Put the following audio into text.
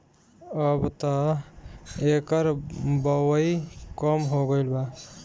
अबत एकर बओई कम हो गईल बा